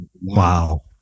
Wow